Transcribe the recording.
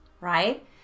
right